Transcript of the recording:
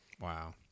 wow